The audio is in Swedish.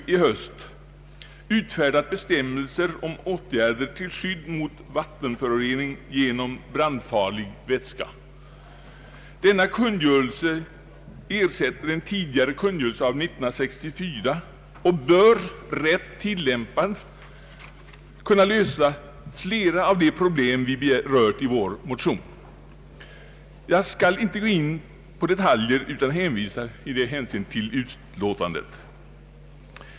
Denna kungörelse innefattar bestämmelser om åtgärder till skydd mot vattenförorening genom brandfarlig vätska. Kungörelsen ersätter en tidigare kungörelse av 1964 och bör, rätt tillämpad, kunna lösa flera av de problem vi berör i vår motion. Jag skall inte gå in på detaljer utan hänvisar i det avseendet till utlåtandet.